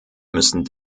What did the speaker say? müssen